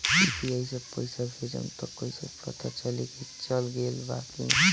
UPI से पइसा भेजम त कइसे पता चलि की चल गेल बा की न?